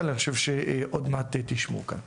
עוד מעט תשמעו כאן.